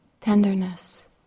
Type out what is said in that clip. tenderness